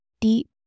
deep